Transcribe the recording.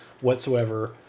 whatsoever